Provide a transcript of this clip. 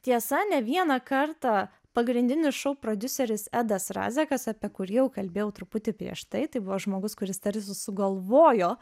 tiesa ne vieną kartą pagrindinis šou prodiuseris edas razekas apie kurį jau kalbėjau truputį prieš tai tai buvo žmogus kuris tarsi sugalvojo